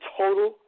total